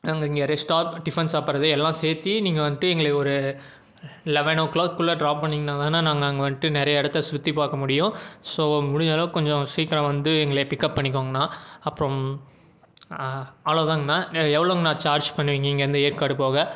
நாங்கள் இங்கே ரெஸ்டாப் டிஃபன் சாப்பிட்றது எல்லாம் சேர்த்தி நீங்கள் வந்துட்டு எங்களுக்கு ஒரு லவனோ க்ளாக் குள்ளே ட்ராப் பண்ணிங்கதாண்ணா நாங்கள் அங்கே வந்துட்டு நிறைய இடத்த சுற்றி பார்க்க முடியும் ஸோ முடிஞ்ச அளவுக்கு கொஞ்சம் சீக்கரம் வந்து எங்களை பிக்கப் பண்ணிக்கோங்க அண்ணா அப்புறம் அவ்வளோதாங்க அண்ணா எவ்வளோங்க அண்ணா சார்ஜ் பண்ணுவீங்க இங்கேந்து ஏற்காடு போக